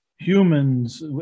humans